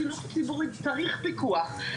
חינוך ציבורי צריך פיקוח,